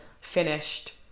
finished